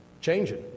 changing